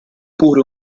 pure